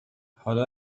حالا